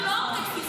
אף פעם לא כתפיסה,